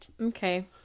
Okay